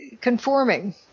conforming